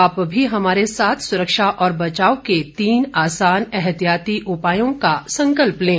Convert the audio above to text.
आप भी हमारे साथ सुरक्षा और बचाव के तीन आसान एहतियाती उपायों का संकल्प लें